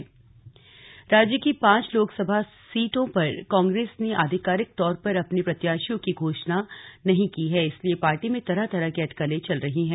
slug Congress politics राज्य की पांच लोकसभा सीटों पर कांग्रेस ने आधिकारिक तौर पर अपने प्रत्याशियों की घोषणा नहीं की है इसलिए पार्टी में तरह तरह की अटकलें चल रही हैं